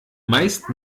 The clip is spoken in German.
meist